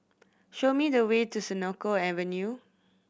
show me the way to Senoko Avenue